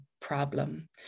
problem